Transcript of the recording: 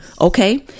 Okay